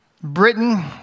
Britain